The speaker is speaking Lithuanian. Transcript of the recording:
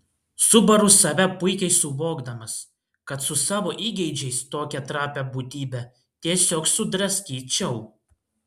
subaru save puikiai suvokdamas kad su savo įgeidžiais tokią trapią būtybę tiesiog sudraskyčiau